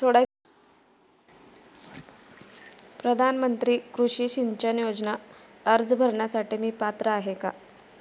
प्रधानमंत्री कृषी सिंचन योजना अर्ज भरण्यासाठी मी पात्र आहे का?